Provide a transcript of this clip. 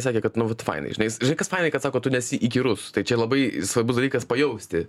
sakė kad nu vat fainai žinais žinai kas fainai kad sako tu nesi įkyrus tai čia labai svarbus dalykas pajausti